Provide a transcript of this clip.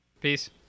Peace